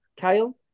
Kyle